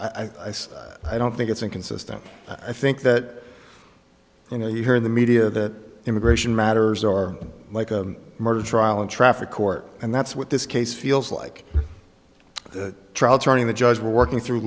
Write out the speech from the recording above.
said i don't think it's inconsistent i think that you know you hear in the media that immigration matters are like a murder trial in traffic court and that's what this case feels like a trial turning the judge working through